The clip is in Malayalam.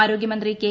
ആരോഗ്യമന്ത്രി കെ